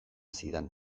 zidan